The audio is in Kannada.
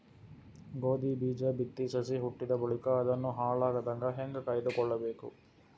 ಗೋಧಿ ಬೀಜ ಬಿತ್ತಿ ಸಸಿ ಹುಟ್ಟಿದ ಬಳಿಕ ಅದನ್ನು ಹಾಳಾಗದಂಗ ಹೇಂಗ ಕಾಯ್ದುಕೊಳಬೇಕು?